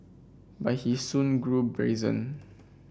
but he soon grew brazen